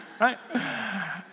Right